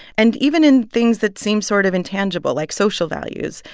and even in things that seem sort of intangible, like social values,